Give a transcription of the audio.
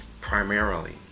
Primarily